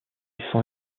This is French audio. sent